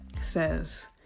says